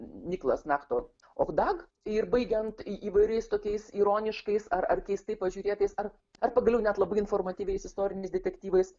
niklas nachto oh dag ir baigiant į įvairiais tokiais ironiškais ar ar keistai pažiurėtais ar ar pagaliau net labai informatyviais istoriniais detektyvais